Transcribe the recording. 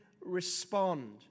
respond